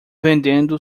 vendendo